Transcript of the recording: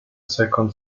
second